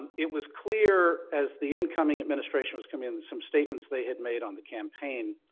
and it was clear as the incoming administration was coming in that some statements they had made on the campaign,